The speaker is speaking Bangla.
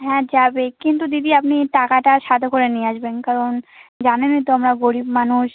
হ্যাঁ যাবে কিন্তু দিদি আপনি টাকাটা সাথে করে নিয়ে আসবেন কারণ জানেনই তো আমরা গরীব মানুষ